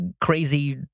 crazy